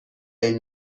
این